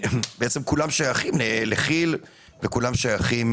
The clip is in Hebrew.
שייכים לכי"ל, כולם שייכים